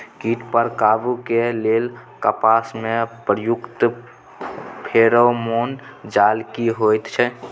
कीट पर काबू के लेल कपास में प्रयुक्त फेरोमोन जाल की होयत छै?